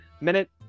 minute